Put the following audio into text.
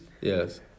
yes